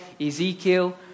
Ezekiel